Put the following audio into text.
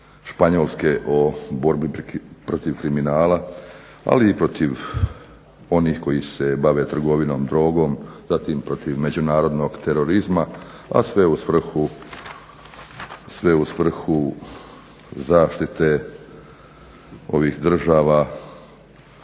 Španjolske o borbi protiv kriminala ali i protiv onih koji se bave trgovinom drogom, zatim protiv međunarodnog terorizma, a sve u svrhu zaštite ovih država